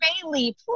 Bailey